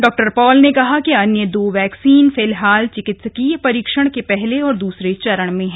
डॉ पॉल ने कहा कि अन्य दो वैक्सीन फिलहाल चिकित्सकीय परीक्षण के पहले और दूसरे चरण में हैं